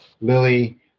Lily